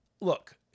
look